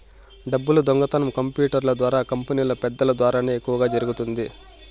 డబ్బులు దొంగతనం కంప్యూటర్ల ద్వారా కంపెనీలో పెద్దల ద్వారానే ఎక్కువ జరుగుతుంది